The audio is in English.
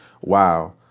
wow